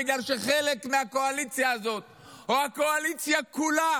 בגלל שחלק מהקואליציה הזאת או הקואליציה כולה